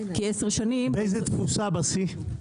איזה תפוסה בשיא?